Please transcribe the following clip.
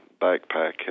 backpack